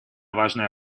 важная